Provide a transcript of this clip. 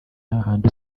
hahandi